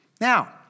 Now